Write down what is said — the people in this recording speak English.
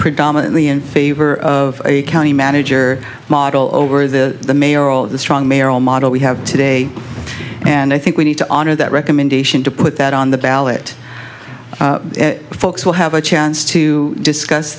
predominantly in favor of a county manager model over the mayor all of the strong mayoral model we have today and i think we need to honor that recommendation to put that on the ballot folks will have a chance to discuss